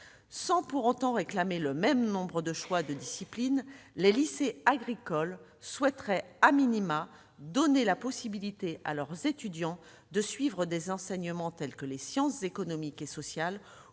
Sans pour autant réclamer le même nombre de choix de disciplines, les lycées agricoles souhaiteraient donner la possibilité à leurs étudiants de suivre des enseignements tels que les sciences économiques et sociales,